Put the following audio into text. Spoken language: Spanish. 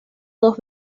dos